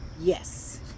Yes